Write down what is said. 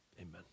amen